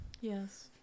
Yes